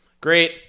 Great